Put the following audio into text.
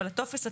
אבל הטופס עצמו,